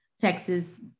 Texas